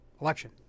election